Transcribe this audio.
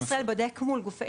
בנק ישראל בודק מול גופים,